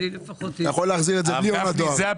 הרב גפני,